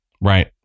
Right